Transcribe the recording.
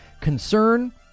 concern